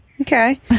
Okay